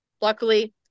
luckily